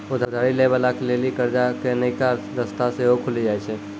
उधारी लै बाला के लेली कर्जा के नयका रस्ता सेहो खुलि जाय छै